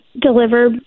deliver